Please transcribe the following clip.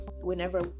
whenever